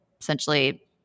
essentially